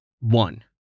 One